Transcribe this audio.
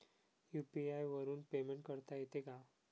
UPI वरून payment करता येते का?